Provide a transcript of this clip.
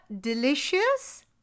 Delicious